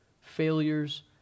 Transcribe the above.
failures